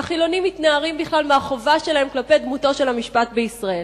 והחילונים מתנערים בכלל מהחובה שלהם כלפי דמותו של המשפט בישראל.